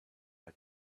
buy